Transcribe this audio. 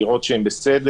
לראות שהם בסדר,